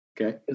okay